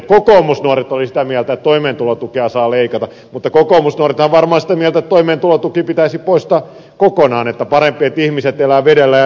kokoomusnuoret oli sitä mieltä että toimeentulotukea saa leikata mutta kokoomusnuorethan varmaan on sitä mieltä että toimeentulotuki pitäisi poistaa kokonaan että on parempi että ihmiset elävät vedellä ja leivällä